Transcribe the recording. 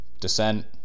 descent